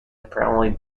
apparently